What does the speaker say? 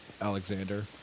Alexander